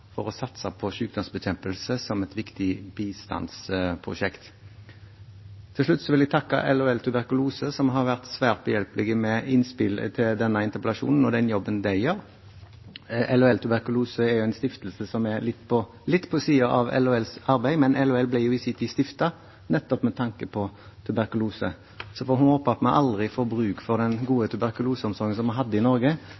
for å satse på sykdomsbekjempelse som viktige bistandsprosjekt. Til slutt vil jeg takke LHLs tuberkulosestiftelse, som har vært svært behjelpelige med innspill til denne interpellasjonen, for den jobben de gjør. LHLs tuberkulosestiftelse er en stiftelse som er litt på siden av LHLs arbeid, men LHL ble i sin tid stiftet nettopp med tanke på tuberkulose. Vi får håpe at vi aldri får bruk for den